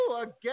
again